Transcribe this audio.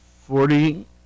forty